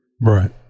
Right